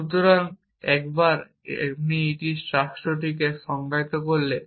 সুতরাং একবার আপনি একটি রাষ্ট্রকে সংজ্ঞায়িত করলে